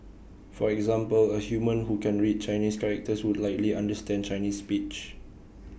for example A human who can read Chinese characters would likely understand Chinese speech